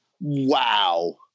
Wow